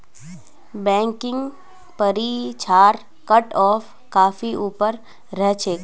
banking परीक्षार cutoff काफी ऊपर रह छेक